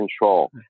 control